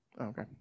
Okay